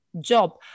job